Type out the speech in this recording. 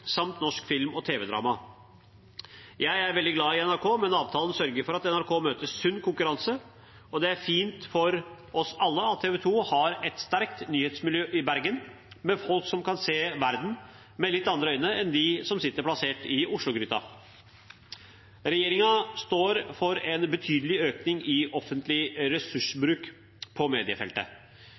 samt norsk film- og tv-drama. Jeg er veldig glad i NRK, men avtalen sørger for at NRK møter sunn konkurranse. Og det er fint for oss alle at TV 2 har et sterkt nyhetsmiljø i Bergen med folk som kan se verden med litt andre øyne enn de som sitter plassert i Oslo-gryta. Regjeringen står for en betydelig økning i offentlig ressursbruk på mediefeltet.